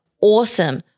Awesome